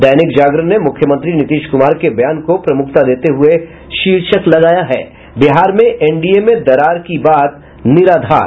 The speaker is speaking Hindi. दैनिक जागरण ने मुख्यमंत्री नीतीश कुमार के बयान को प्रमुखता देते हुए शीर्षक लगाया है बिहार में एनडीए में दरार की बात निराधार